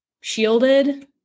shielded